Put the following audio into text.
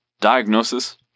diagnosis